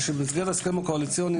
שבמסגרת ההסכם הקואליציוני,